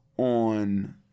On